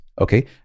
okay